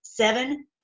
seven